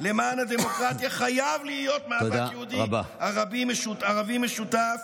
למען הדמוקרטיה חייב להיות מאבק יהודי-ערבי משותף,